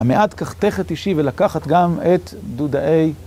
המעט קחתך את אישי, ולקחת גם את דודאי,